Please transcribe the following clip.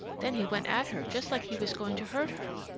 then he went at her, just like he was going to hurt her.